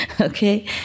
Okay